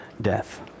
death